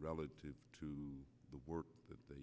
relative to the work t